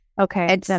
Okay